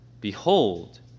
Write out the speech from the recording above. Behold